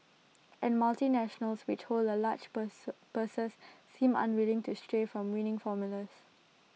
and multinationals which hold the large purse purses seem unwilling to stray from winning formulas